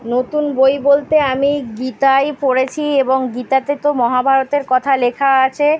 নতুন বই বলতে আমি গীতাই পড়েছি এবং গীতাতে তো মহাভারতের কথা লেখা আছে